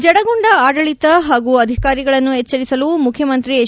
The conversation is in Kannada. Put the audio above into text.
ಜಡಗೊಂಡ ಆಡಳಿತ ಹಾಗೂ ಅಧಿಕಾರಿಗಳನ್ನು ಎಚ್ಚರಿಸಲು ಮುಖ್ಯಮಂತ್ರಿ ಎಚ್